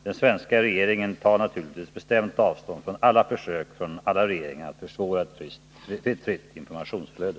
Den svenska regeringen tar bestämt avstånd från alla försök från alla regeringar att försvåra ett fritt informationsflöde.